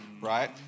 right